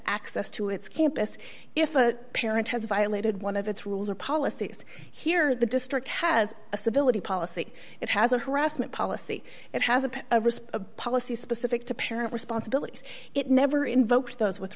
access to its campus if a parent has violated one of its rules or policies here the district has a civility policy it has a harassment policy it has a policy specific to parent responsibilities it never invoked those with